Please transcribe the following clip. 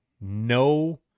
No